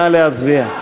נא להצביע.